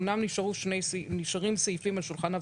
אמנם נשארים סעיפים על שולחן הוועדה,